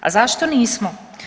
A zašto nismo?